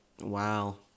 Wow